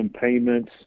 payments